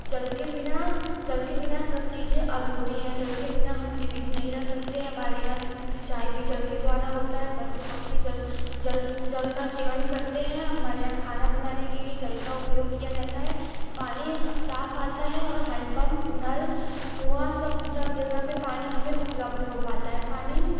जल के बिना जल के बिना सब चीज़ें अधूरी हैं जल के बिना हम जीवित नहीं रह सकते हैं हमारे यहाँ सिंचाई भी जल के द्वारा होता है पशु पक्षी जल जल का सेवन करते हैं हमारे यहाँ खाना बनाने के लिए जल का उपयोग किया जाता है पानी साफ़ आता है और हैंडपंप नल कुआँ सब सब जगह पे पानी हमें उपलब्ध हो पता है पानी